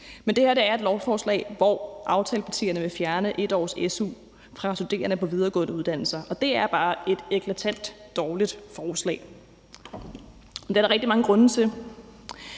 men det her er et lovforslag, hvor aftalepartierne vil fjerne 1 års su fra studerende på videregående uddannelser, og det er bare et eklatant dårligt forslag. Det er der rigtig mange grunde til.